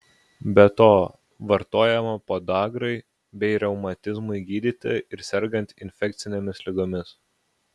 be to vartojama podagrai bei reumatizmui gydyti ir sergant infekcinėmis ligomis